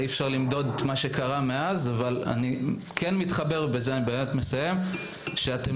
אי אפשר למדוד את מה שקרה מאז אבל אני מתחבר לזה שאתם